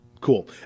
Cool